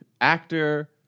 actor